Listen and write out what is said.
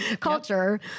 culture